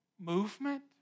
movement